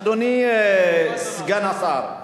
אדוני סגן השר,